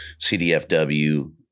CDFW